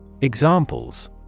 Examples